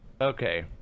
Okay